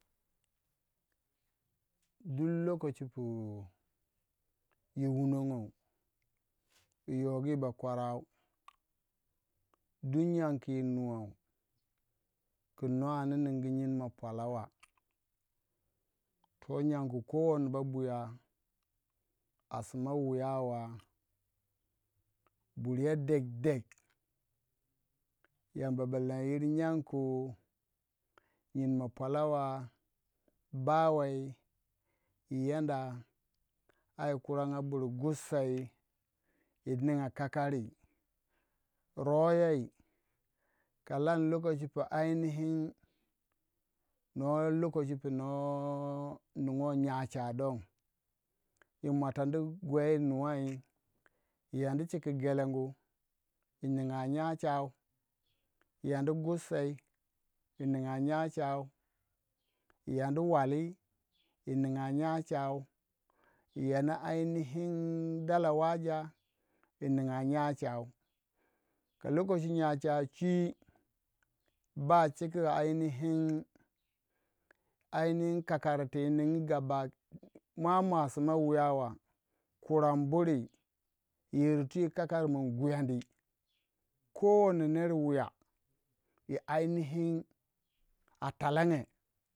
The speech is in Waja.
Dul lokaci pu yi wunongo yi yogi bakwarau. Duk nyangu ku yi nuwa kun nor andu ningu nyim ma pwala wa to nyangu kowon babu ya a sma wuya wa burye ded deg yamba ba lanyir nyangu nyimma pwalawa bawei yi yanda ai kuranga bur gusei yi ninga kakari rob yey ka lan lokaci pu ainihi nor lokaci ning gor nyacha don yi muatandi gwei nuwai yi andi cika Gelengu yi ninga nyacha yi yandi gursei yi ninga nyacha yi yandi wali yi ninga nyacha yi yandi ainihin dala waja yi ninga nyacha ka lokaci ya cha chui bachuku ainihin aihini ka kar ti yinin mua mua suma wuya wa kuran buri yi yir twi kokari mun gwiyandi kowane ner wuya yi ainihi a talange.